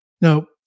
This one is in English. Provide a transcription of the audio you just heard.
Now